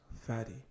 Fatty